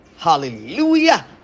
Hallelujah